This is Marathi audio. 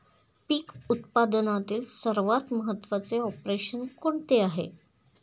पीक उत्पादनातील सर्वात महत्त्वाचे ऑपरेशन कोणते आहे?